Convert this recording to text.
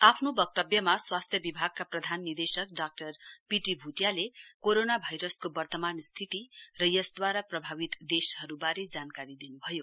आफ्नो वक्तव्यमा स्वास्थ्य विभागका प्रधान निदेशक डाक्टर पीटी भुटियाले कोरोना भाइरसको वर्तमान स्थिति र यसद्वारा प्रभावित देशहरुवारे जानकारी दिनुभयो